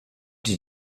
did